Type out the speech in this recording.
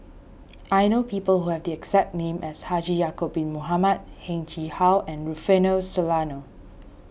I know people who have the exact name as Haji Ya'Acob Bin Mohamed Heng Chee How and Rufino Soliano